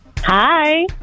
Hi